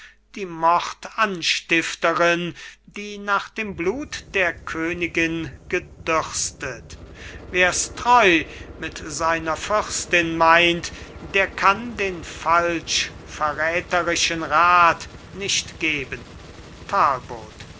die mordanstifterin die nach dem blut der königin gedürstet wer's treu mit seiner fürstin meint der kann den falsch verräterischen rat nicht geben